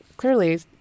Clearly